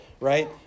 right